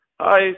Hi